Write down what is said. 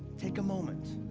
take a moment.